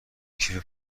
کیف